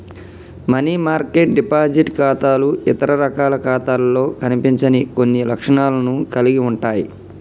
money market deposit ఖాతాలు ఇతర రకాల ఖాతాలలో కనిపించని కొన్ని లక్షణాలను కలిగి ఉంటయ్